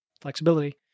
flexibility